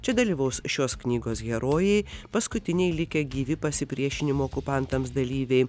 čia dalyvaus šios knygos herojai paskutiniai likę gyvi pasipriešinimo okupantams dalyviai